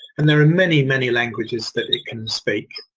and there are many, many languages that it can speak.